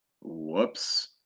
whoops